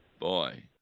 Boy